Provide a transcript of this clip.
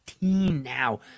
now